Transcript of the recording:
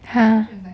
!huh!